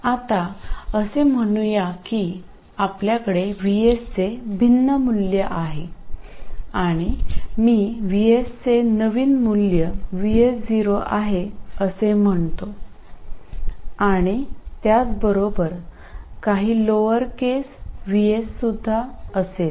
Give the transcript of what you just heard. आता असे म्हणूया की आपल्याकडे VS चे भिन्न मूल्य आहे आणि मी VS चे नवीन मूल्य VS0 आहे असे म्हणतो आणि त्याचबरोबर काही लोअर केस vS हे सुद्धा असेल